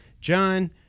John